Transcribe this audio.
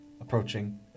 approaching